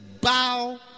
bow